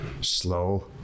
slow